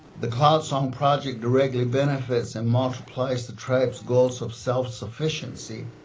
the cloud song project directly benefits and multiplies the tribe's goals of self-sufficiency.